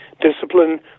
discipline